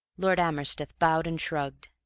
lord amersteth bowed and shrugged.